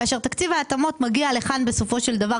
כאשר תקציב ההתאמות מגיע לכאן בסופו של דבר,